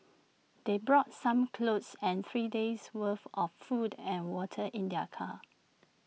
they brought some clothes and three days' worth of food and water in their car